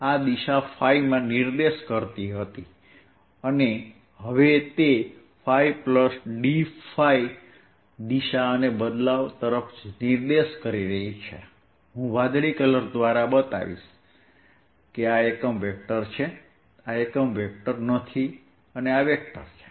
આ દિશા ϕ માં નિર્દેશ કરતી હતી અને હવે તે ϕdϕ દિશા અને બદલાવ તરફ નિર્દેશ કરી રહી છે હું વાદળી કલર દ્વારા બતાવીશ કે આ યુનિટ વેક્ટર છે આ વેક્ટર યુનિટ વેક્ટર નથી આ વેક્ટર છે